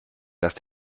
dass